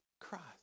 Christ